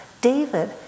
david